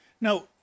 Now